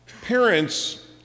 Parents